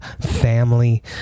family